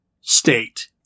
state